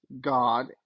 God